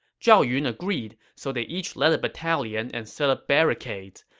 zhao yun agreed, so they each led a battalion and set up barricades.